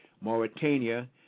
Mauritania